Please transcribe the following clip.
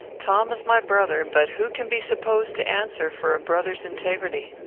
tom is my brother, but who can be supposed to answer for a brother's integrity?